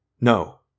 No